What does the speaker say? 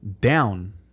Down